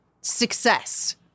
success